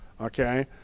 okay